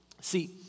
See